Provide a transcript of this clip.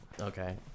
Okay